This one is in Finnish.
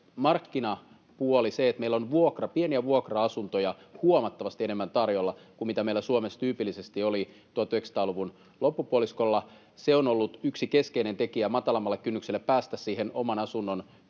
markkinapuoli, se, että meillä on pieniä vuokra-asuntoja tarjolla huomattavasti enemmän kuin mitä meillä Suomessa tyypillisesti oli 1900-luvun loppupuoliskolla, on ollut yksi keskeinen tekijä matalammalla kynnyksellä päästä pidempään oman